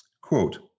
Quote